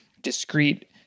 discrete